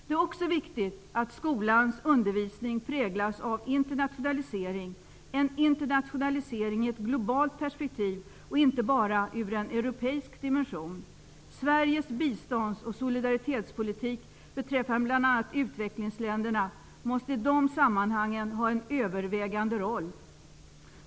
Det är också viktigt att skolans undervisning präglas av internationalisering i ett globalt perspektiv och inte bara ur en europeisk dimension. Sveriges bistånds och solidaritetspolitik beträffande bl.a. annat utvecklingsländerna måste i de sammanhangen ha en övervägande roll.